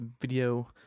video